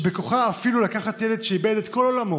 שבכוחה לקחת אפילו ילד שאיבד את כל עולמו